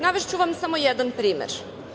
Navešću vam samo jedan primer.